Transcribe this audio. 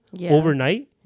overnight